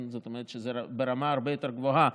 זאת אומרת שזה ברמה הרבה יותר גבוהה,